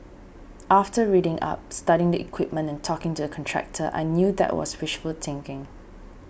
after reading up studying the equipment and talking to the contractor I knew that was wishful thinking